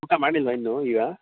ಊಟ ಮಾಡಿಲ್ಲಾ ಇನ್ನೂ ಈಗ